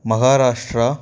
Maharashtra